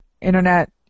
internet